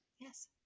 yes